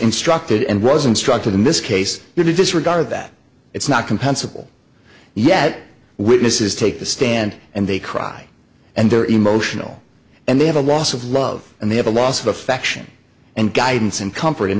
instructed and was instructed in this case you disregard that it's not compensable yet witnesses take the stand and they cry and their emotional and they have a loss of love and they have a loss of affection and guidance and comfort